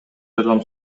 жардам